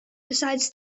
besides